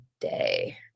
day